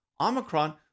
Omicron